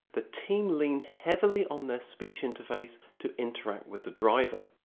the team leaned heavily on their speech interface to interact with the driver.